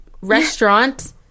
restaurant